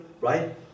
right